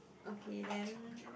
okay then